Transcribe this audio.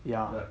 ya